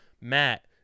Matt